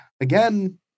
again